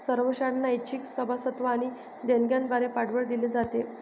सर्व शाळांना ऐच्छिक सभासदत्व आणि देणग्यांद्वारे पाठबळ दिले जाते